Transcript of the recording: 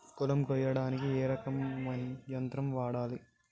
పొలం కొయ్యడానికి ఏ రకం యంత్రం వాడాలి?